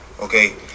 Okay